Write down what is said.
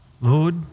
Lord